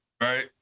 right